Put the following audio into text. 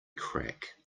crack